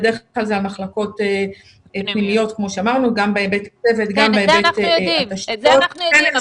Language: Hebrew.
את זה אנחנו יודעים.